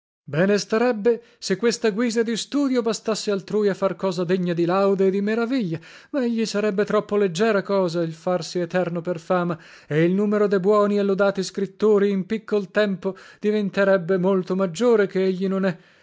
bene starebbe se questa guisa di studio bastasse altrui a far cosa degna di laude e di meraviglia ma egli sarebbe troppo leggera cosa il farsi eterno per fama e il numero de buoni e lodati scrittori in piccol tempo diventerebbe molto maggiore che egli non è